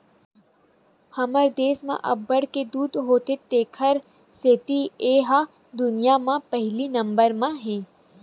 हमर देस म अब्बड़ के दूद होथे तेखर सेती ए ह दुनिया म पहिली नंबर म हे